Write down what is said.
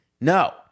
No